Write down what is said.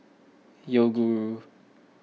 Yoguru